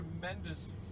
tremendous